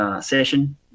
session